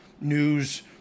news